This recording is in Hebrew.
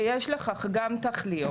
ויש לכך גם תכליות.